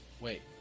Wait